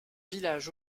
village